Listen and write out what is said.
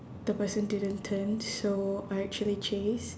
the person didn't turn so I actually chased